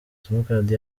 simukadi